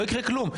לא יקרה כלום.